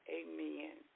amen